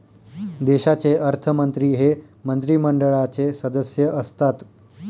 देशाचे अर्थमंत्री हे मंत्रिमंडळाचे सदस्य असतात